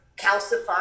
calcify